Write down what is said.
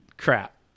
crap